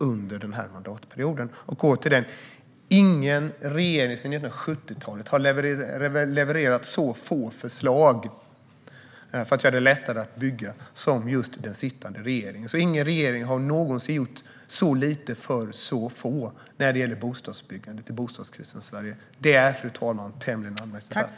Ingen regering sedan 1970-talet har levererat så få förslag för att göra det lättare att bygga som den nu sittande regeringen. Ingen regering har någonsin gjort så lite för så få när det gäller bostadsbyggande i bostadskrisens Sverige. Detta, fru talman, är tämligen anmärkningsvärt.